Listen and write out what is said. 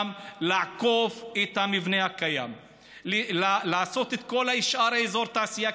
לעקוף את המבנה הקיים ולעשות את כל שאר אזור התעשייה,